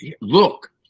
look